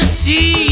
see